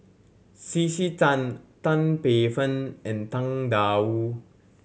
C C Tan Tan Paey Fern and Tang Da Wu